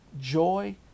joy